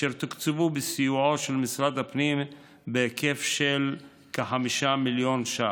אשר תוקצבו בסיועו של משרד הפנים בהיקף של כ-5 מיליון ש"ח.